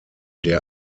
der